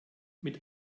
mit